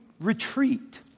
retreat